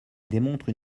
démontrent